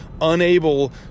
unable